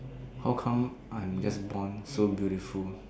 how come I'm just born so beautiful